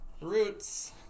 Roots